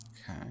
Okay